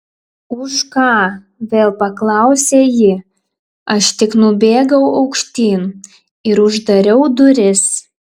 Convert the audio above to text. už ką vėl paklausė ji aš tik nubėgau aukštyn ir uždariau duris